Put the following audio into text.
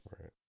Right